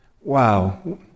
Wow